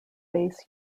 base